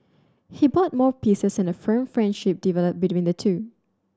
he bought more pieces and a firm friendship developed between the two